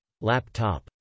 laptop